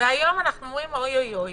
והיום אנחנו אומרים: אוי-אוי-אוי.